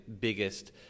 biggest